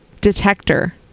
detector